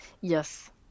Yes